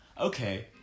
Okay